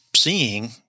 seeing